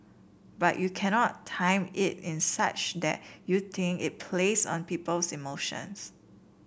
but you cannot time it in such that you think it plays on people's emotions